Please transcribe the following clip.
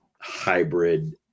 hybrid